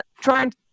trying